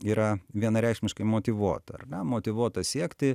yra vienareikšmiškai motyvuota ar ne motyvuota siekti